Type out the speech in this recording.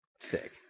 thick